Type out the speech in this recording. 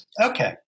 Okay